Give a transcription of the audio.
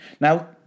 Now